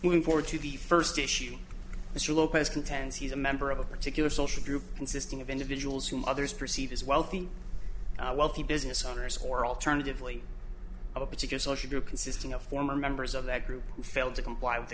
going forward to the first issue mr lopez contends he's a member of a particular social group consisting of individuals whom others perceive as wealthy wealthy business owners or alternatively a particular social group consisting of former members of that group failed to comply with